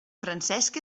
francesc